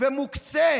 ומוקצה